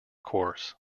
course